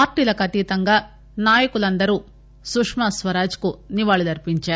పార్టీలకు అతీతంగా నాయకులందరూ సుష్మా స్వరాజ్ కు నివాళులర్చించారు